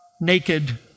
naked